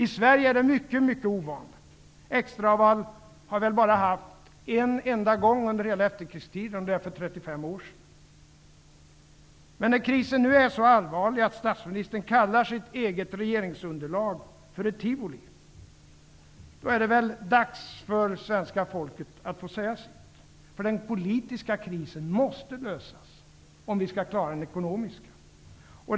I Sverige är det mycket ovanligt. Extra val har vi väl bara haft en enda gång under hela efterkrigstiden, för 35 år sedan. Men när krisen nu är så allvarlig att statsministern kallar sitt eget regeringsunderlag för ett ''tivoli'', då är det dags för svenska folket att få säga sitt. Den politiska krisen måste lösas, om vi skall klara den ekonomiska.